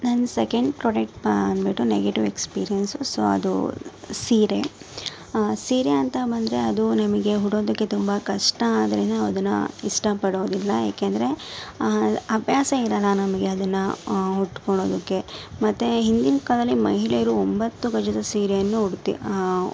ನನ್ನ second product ಬಂದ್ಬಿಟ್ಟು negative experience so ಅದು ಸೀರೆ ಸೀರೆ ಅಂತ ಬಂದರೆ ಅದು ನಮಗೆ ಉಡೋದಕ್ಕೆ ತುಂಬ ಕಷ್ಟ ಆದ್ರೆ ಅದನ್ನ ಇಷ್ಟಪಡೋದಿಲ್ಲ ಯಾಕೆಂದರೆ ಅಭ್ಯಾಸ ಇರಲ್ಲ ನಮಗೆ ಅದನ್ನು ಉಟ್ಕೊಳೊದಕ್ಕೆ ಮತ್ತು ಹಿಂದಿನ ಕಾಲದಲ್ಲಿ ಮಹಿಳೆಯರು ಒಂಬತ್ತು ಗಜದ ಸೀರೆಯನ್ನು ಉಡ್ತ